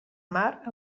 mar